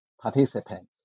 participants